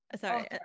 Sorry